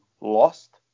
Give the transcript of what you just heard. lost